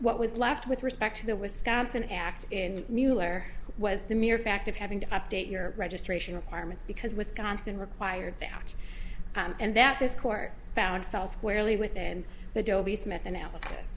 what was left with respect to the wisconsin act in mueller was the mere fact of having to update your registration requirements because wisconsin required to act and that this court found fell squarely within the dhobi smith analysis